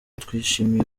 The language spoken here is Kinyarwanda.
twishimiye